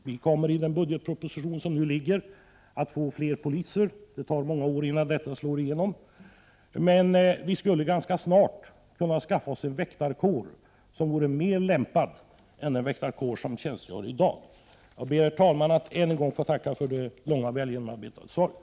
Den budgetproposition som nu framlagts innebär att vi får fler poliser. Det tar många år innan det slår igenom. Men vi skulle ganska snart kunna skaffa oss en väktarkår, som är mer lämpad än den väktarkår som tjänstgör i dag. Jag ber, herr talman, att än en gång få tacka för det långa och väl genomarbetade svaret.